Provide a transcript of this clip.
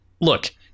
look